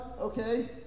okay